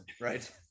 Right